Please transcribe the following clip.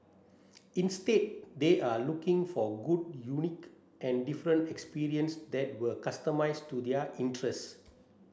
instead they are looking for good unique and different experience that were customised to their interest